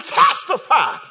testify